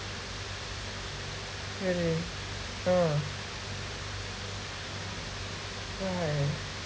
really ah why